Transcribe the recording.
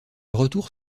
retour